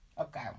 Okay